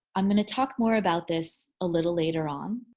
i'm gonna talk more about this a little later on.